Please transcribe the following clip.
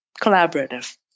collaborative